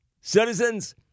citizens